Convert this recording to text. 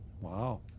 Wow